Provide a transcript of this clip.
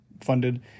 funded